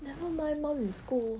never mind mom will scold